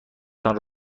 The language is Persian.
تان